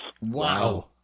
Wow